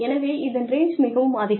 எனவே இதன் ரேஞ்ச் மிகவும் அதிகம்